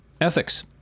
Ethics